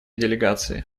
делегации